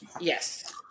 Yes